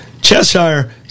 Cheshire